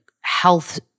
health